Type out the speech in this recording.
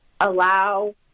allow